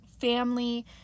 family